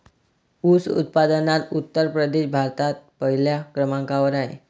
ऊस उत्पादनात उत्तर प्रदेश भारतात पहिल्या क्रमांकावर आहे